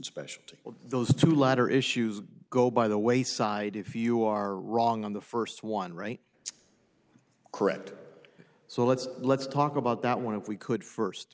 specialty those two latter issues go by the wayside if you are wrong on the first one right it's correct so let's let's talk about that want to if we could first